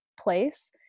place